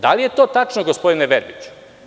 Da li je to tačno gospodine Verbiću?